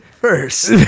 First